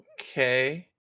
okay